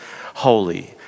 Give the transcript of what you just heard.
holy